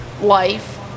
life